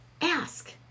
Ask